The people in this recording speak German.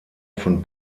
von